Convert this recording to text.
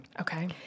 Okay